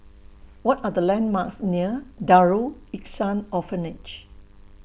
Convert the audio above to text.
What Are The landmarks near Darul Ihsan Orphanage